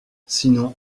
sinon